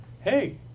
hey